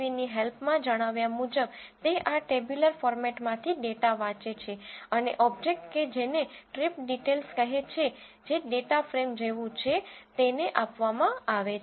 csv ની હેલ્પમાં જણાવ્યા મુજબ તે આ ટેબલ્યુલર ફોર્મેટમાંથી ડેટા વાંચે છે અને ઓબ્જેક્ટ કે જેને ટ્રીપ ડિટેઈલ્સ કહે છે જે ડેટા ફ્રેમ જેવું છે તેને આપવામાં આવે છે